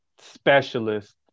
specialist